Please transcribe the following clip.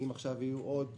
אם יהיו עכשיו עוד